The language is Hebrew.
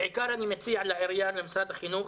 בעיקר אני מציע לעירייה ולמשרד החינוך